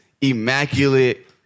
immaculate